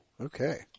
Okay